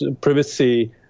privacy